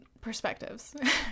perspectives